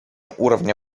уровня